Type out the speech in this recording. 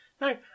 No